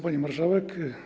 Pani Marszałek!